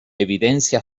evidencia